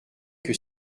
que